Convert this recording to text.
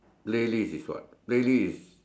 playlist is what playlist